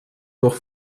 durch